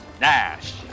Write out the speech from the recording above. Nash